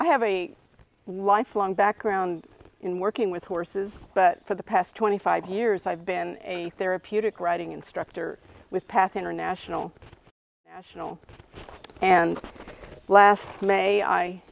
i have a lifelong background in working with horses but for the past twenty five years i've been a therapeutic riding instructor with path international national and last may i